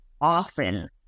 often